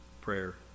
prayer